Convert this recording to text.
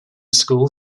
school